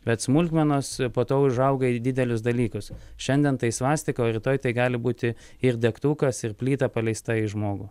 bet smulkmenos po to užauga į didelius dalykus šiandien tai svastika o rytoj tai gali būti ir degtukas ir plyta paleista į žmogų